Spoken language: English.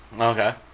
okay